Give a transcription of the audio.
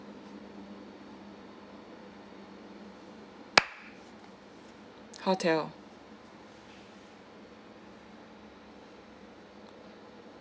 hotel